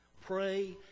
pray